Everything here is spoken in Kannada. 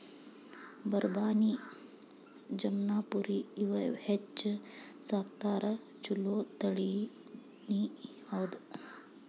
ಬರಬಾನಿ, ಜಮನಾಪುರಿ ಇವ ಹೆಚ್ಚ ಸಾಕತಾರ ಚುಲೊ ತಳಿನಿ ಹೌದ